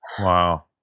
Wow